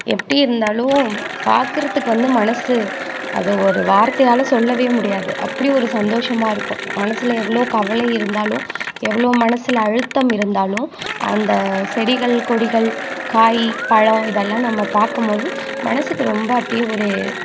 எப்படி இருந்தாலும் பார்க்குறதுக்கு வந்து மனசது அது ஒரு வார்த்தையால் சொல்லவே முடியாது அப்படி ஒரு சந்தோஷமாக இருக்கும் மனதுல எவ்வளோ கவலை இருந்தாலும் எவ்வளோ மனதுல அழுத்தம் இருந்தாலும் அந்த செடிகள் கொடிகள் காய் பழம் இதெல்லாம் நம்ம பார்க்கும் போது மனசுக்கு ரொம்ப அப்படியே ஒரு